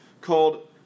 called